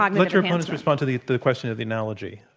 um let your opponents respond to the the question of the analogy,